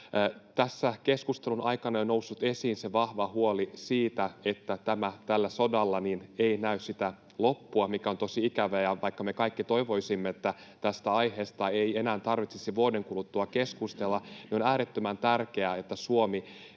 Tässä keskustelun aikana on jo noussut esiin vahva huoli siitä, että tällä sodalla ei näy loppua, mikä on tosi ikävää, ja vaikka me kaikki toivoisimme, että tästä aiheesta ei enää tarvitsisi vuoden kuluttua keskustella, niin on äärettömän tärkeää, että Suomi